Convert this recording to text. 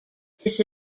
this